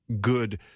good